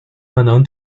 可能